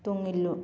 ꯇꯨꯡ ꯏꯜꯂꯨ